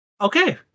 Okay